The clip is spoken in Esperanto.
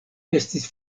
estis